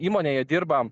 įmonėje dirba